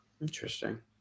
Interesting